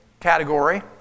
category